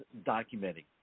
documenting